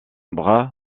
bras